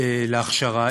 להכשרה.